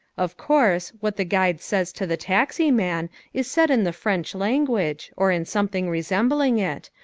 of course, what the guide says to the taxi man is said in the french language, or in something resembling it,